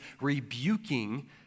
rebuking